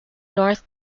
north